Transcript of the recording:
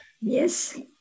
yes